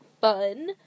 fun